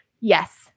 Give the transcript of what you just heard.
Yes